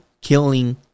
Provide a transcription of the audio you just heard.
killing